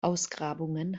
ausgrabungen